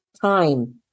time